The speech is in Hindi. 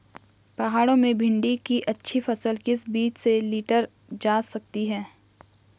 पहाड़ों में भिन्डी की अच्छी फसल किस बीज से लीटर जा सकती है?